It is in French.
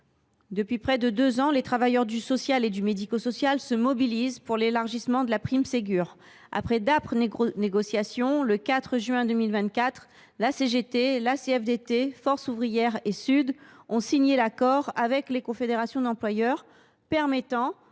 Depuis près de deux ans, les travailleurs du social et du médico social se mobilisent pour l’élargissement de la prime Ségur. Après d’âpres négociations, le 4 juin 2024, la CGT, la CFDT, Force ouvrière et SUD ont signé l’accord avec les confédérations d’employeurs permettant,